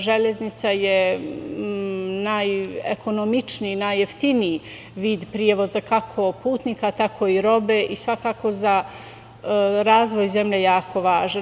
Železnica je najekonomičniji, najjeftiniji vid prevoza, kako putnika, tako i robe i svakako za razvoj zemlje je jako važna.